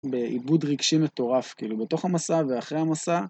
בעיבוד רגשי מטורף, כאילו, בתוך המסע ואחרי המסע.